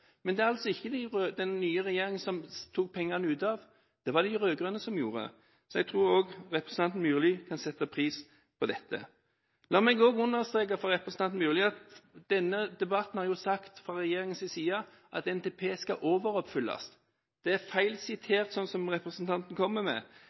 Men det er altså ikke den nye regjeringen som tok pengene ut, det var det de rød-grønne som gjorde. Så jeg tror representanten Myrli kan sette pris på dette. La meg også understreke for representanten Myrli at i denne debatten er det sagt fra regjeringens side at NTP skal overoppfylles. Det som representanten kommer med, er feil